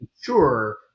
sure